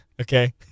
Okay